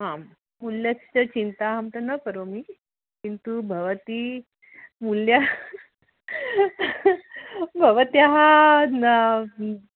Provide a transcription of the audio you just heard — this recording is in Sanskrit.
आं मूल्यस्य चिन्तां तु न करोमि किन्तु भवती मूल्यं भवत्याः न